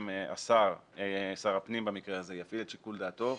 שהשר שר הפנים במקרה הזה יפעיל את שיקול דעתו,